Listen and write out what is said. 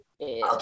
Okay